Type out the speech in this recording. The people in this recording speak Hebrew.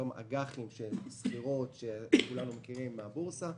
אותן אג"חים סחירות שכולנו מכירים מן הבורסה,